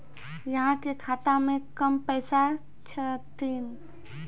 अहाँ के खाता मे कम पैसा छथिन?